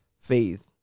faith